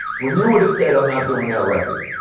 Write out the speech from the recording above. when you woulda said i'm not doing that record.